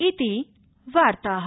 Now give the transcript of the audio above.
इति वार्ताः